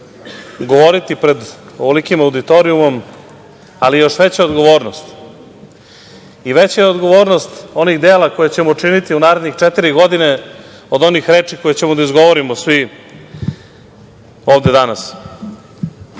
govoriti pred ovolikim auditorijumom, ali je još veća odgovornost onih dela koje ćemo učiniti u narednih četiri godine od onih reči koje ćemo da izgovorimo svi ovde danas.